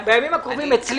הקרובים.